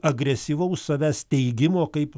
agresyvaus savęs teigimo kaip